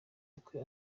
bukwe